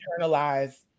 internalize